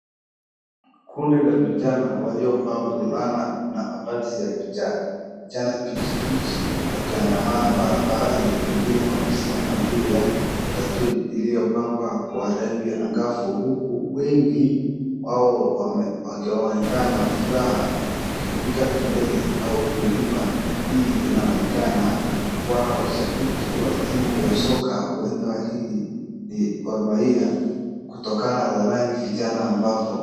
Kundi la vijana waliovaa vulana na mavazi ya kijani kibichi wakiandamana barabarani. Wengine wamesimama juu ya matatu iliyopakwa rangi angafu wengi wao wakionekana na furaha wakipiga kelele au kuimba. Hii inaonekana wao ni mashambiki wa timu ya soccer huenda hii ni gormahia kutokana na rangi kijana ambapo...